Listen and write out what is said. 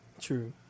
True